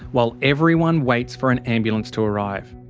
while everyone waits for an ambulance to arrive.